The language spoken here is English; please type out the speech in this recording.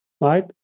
right